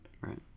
Right